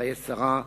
חיי שרה,